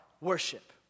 worship